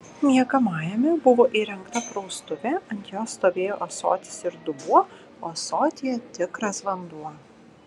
miegamajame buvo įrengta praustuvė ant jos stovėjo ąsotis ir dubuo o ąsotyje tikras vanduo